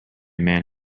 man